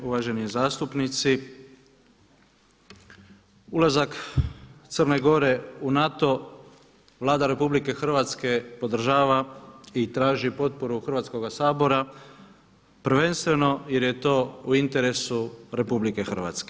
Uvaženi zastupnici ulazak Crne Gore u NATO Vlada RH podržava i traži potporu Hrvatskoga sabora prvenstveno jer je to u interesu RH.